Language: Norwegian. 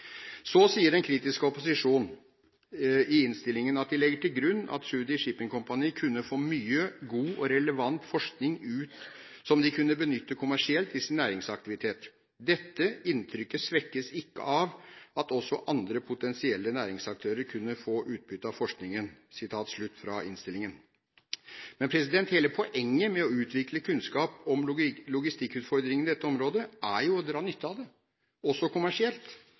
Så sier den kritiske opposisjon i innstillingen at de «legger til grunn at det fremstår som klart at Tschudi Shipping Company kunne få mye god og relevant forskning som de kunne utnytte kommersielt i sin næringsaktivitet. Dette inntrykket svekkes ikke av at også andre potensielle næringsaktører kunne få utbytte av forskningen.» Men hele poenget med å utvikle kunnskap om logistikkutfordringene i dette området er jo å dra nytte av det – også kommersielt.